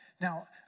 Now